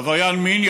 עבריין מין,